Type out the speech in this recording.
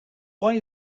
why